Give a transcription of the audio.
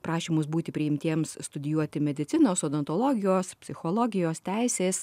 prašymus būti priimtiems studijuoti medicinos odontologijos psichologijos teisės